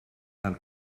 del